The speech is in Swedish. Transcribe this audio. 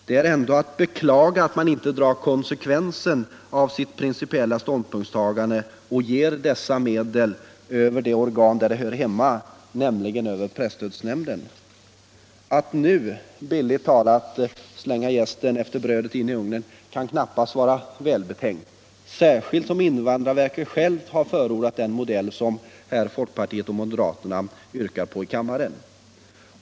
Det är ändå att beklaga att centern inte drar konsekvenserna av sitt principiella ståndpunktstagande och vill ge dessa medel över det organ där de hör hemma, nämligen över presstödsnämnden. Att nu bildligt talat kasta jästen efter brödet in i ugnen kan knappast vara välbetänkt, särskilt som invandrarverket självt har förordat den modell som folkpartiet och moderaterna här yrkar på.